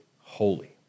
holy